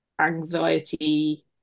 anxiety